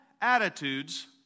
attitudes